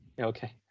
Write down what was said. Okay